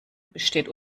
besteht